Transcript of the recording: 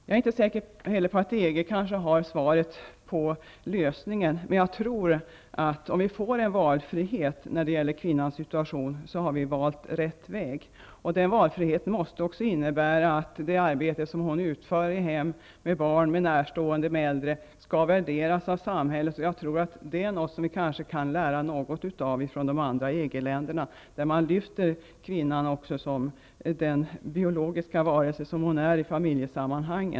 Jag är inte heller säker på att EG har lösningen på problemet. Men jag tror att vi har valt rätt väg om vi får en valfrihet när det gäller kvinnans situation. Den valfriheten måste också innebära att det arbete som kvinnan utför i hemmet, med barn, med närstående och äldre skall värderas av samhället. Där kan vi kanske lära något av de andra EG länderna. Där lyfter man fram kvinnan också som den biologiska varelse hon är i familjesammanhang.